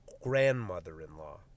grandmother-in-law